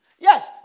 yes